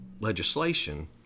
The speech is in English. legislation